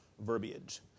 verbiage